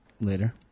later